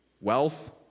wealth